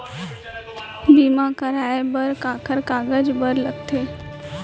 बीमा कराय बर काखर कागज बर लगथे?